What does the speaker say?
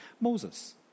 Moses